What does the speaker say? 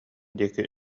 диэки